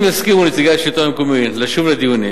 אם יסכימו נציגי השלטון המקומי לשוב לדיונים,